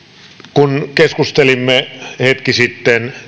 kun keskustelimme hetki sitten